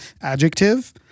adjective